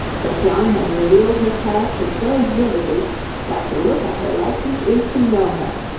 but john has revealed her character so vividly that to look at her likeness is to know her.